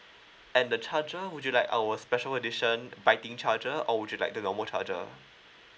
and the charger would you like our special edition biting charger or would you like the normal charger